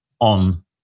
on